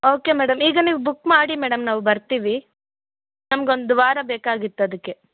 okay madam ಈಗ ನೀವು book ಮಾಡಿ ಮೇಡಮ್ ನಾವು ಬರ್ತೀವಿ ನಮ್ಗೆ ಒಂದು ವಾರ ಬೇಕಾಗತ್ತೆ ಅದಕ್ಕೆ